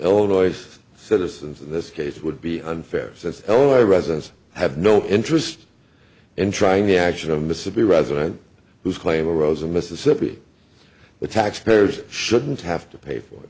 illinois citizens in this case would be unfair since oh i residence i have no interest in trying the action of mississippi resident whose claim arose in mississippi the taxpayers shouldn't have to pay for